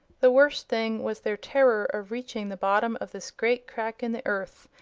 the worst thing was their terror of reaching the bottom of this great crack in the earth,